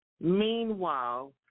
meanwhile